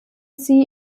sie